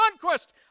conquest